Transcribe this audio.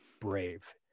brave